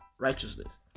righteousness